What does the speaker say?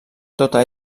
tota